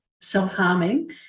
self-harming